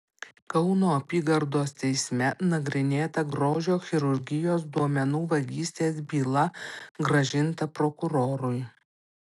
kauno apygardos teisme nagrinėta grožio chirurgijos duomenų vagystės byla grąžinta prokurorui